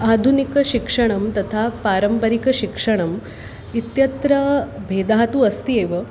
आधुनिकशिक्षणं तथा पारम्परिकशिक्षणम् इत्यत्र भेदः तु अस्ति एव